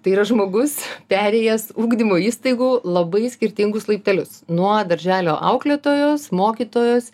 tai yra žmogus perėjęs ugdymo įstaigų labai skirtingus laiptelius nuo darželio auklėtojos mokytojos